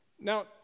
Now